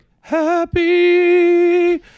happy